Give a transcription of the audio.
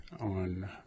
on